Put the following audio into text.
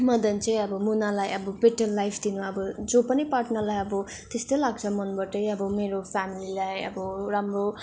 मदन चाहिँ अब मुनालाई अब बेटर लाइफ दिनु अब जो पनि पार्टनरलाई अब त्यस्तै लाग्छ मनबाटै अब मेरो फेमेलीलाई अब राम्रो